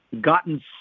gotten